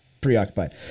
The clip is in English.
preoccupied